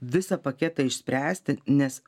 visą paketą išspręsti nes